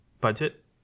budget